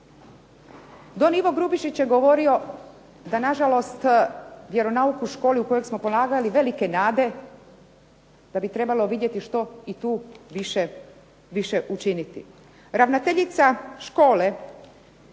Don Ivo Grubišić je govorio da na žalost vjeronauk u školi u kojeg smo polagali velike nade da bi trebalo vidjeti što i tu više učiniti.